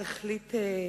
הכנסת,